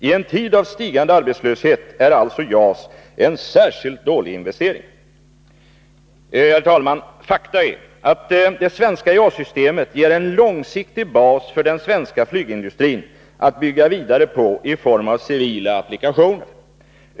I en tid av stigande arbetslöshet är alltså JAS en särskilt dålig investering.” Herr talman! Fakta är att det svenska JAS-systemet ger en långsiktig bas för den svenska flygindustrin att bygga vidare på i form av civila applikationer.